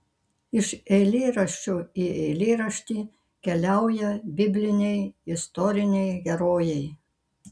iš eilėraščio į eilėraštį keliauja bibliniai istoriniai herojai